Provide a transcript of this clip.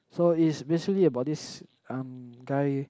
so it's basically about this um guy